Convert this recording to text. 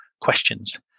questions